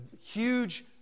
huge